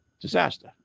disaster